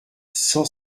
cent